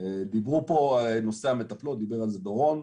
דיברו פה על נושא המטפלות, דיבר על זה דורון,